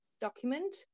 document